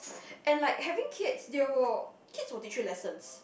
and like having kids they will kids will teach you lessons